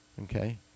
Okay